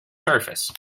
surface